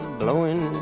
blowing